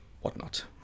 whatnot